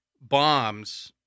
bombs—